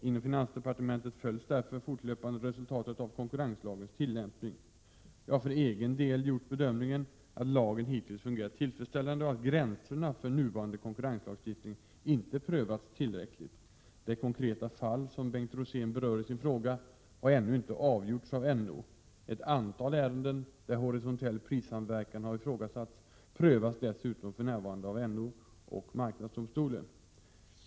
Inom finansdepartementet följs därför fortlöpande resultatet av konkurrenslagens tillämpning. Jag har för egen del gjort bedömningen att lagen hittills fungerat tillfredsställande och att gränserna för nuvarande konkurrenslagstiftning inte prövats tillräckligt. Det konkreta fall som Bengt Rosén berör i sin fråga har ännu inte avgjorts av NO. Ett antal ärenden, där horisontell prissamverkan har ifrågasatts, prövas dessutom för närvarande av NO och marknadsdomstolen.